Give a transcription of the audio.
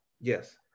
Yes